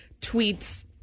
tweets